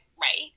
right